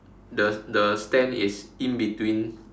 the the stand is in between